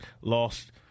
lost